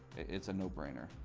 it's a no brainer.